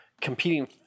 competing